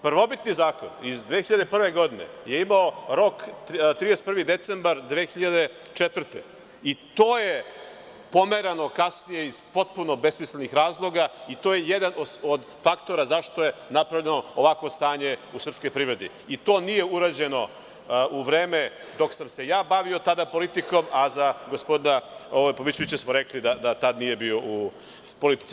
Prvobitni zakon iz 2001. godine je imao rok 31. decembar 2004. i to je pomerano kasnije iz potpuno besmislenih razloga i to je jedan od faktora zašto je napravljeno ovakvo stanje u srpskoj privredi i to nije urađeno u vreme dok sam se ja bavio tada politikom, a za gospodina Pavićevića smo rekli da tad nije bio u politici.